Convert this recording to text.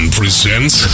presents